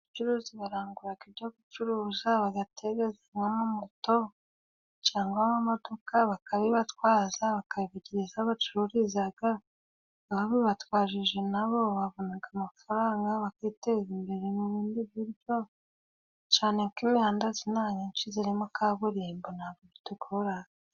Abacuruzi barangura ibyo gucuruza, bagatega n'amamoto, cyangwa amamodoka bakabibatwaza, bakabibagereza aho bacururiza. Ababibatwajije na bo babona amafaranga bakiteza imbere mu bundi buryo, cyane ko imihanda y'inaha myinshi irimo kaburimbo. Nta bwo bitugora.